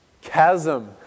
chasm